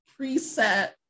preset